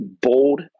bold